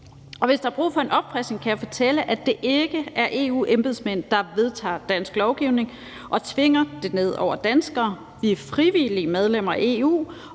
Og hvis der er brug for en genopfriskning, kan jeg fortælle, at det ikke er EU-embedsmænd, der vedtager dansk lovgivning og tvinger det ned over danskere. Vi er frivillige medlemmer af EU